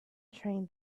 train